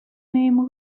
name